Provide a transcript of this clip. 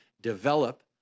develop